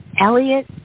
Elliot